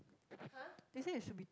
they say it should be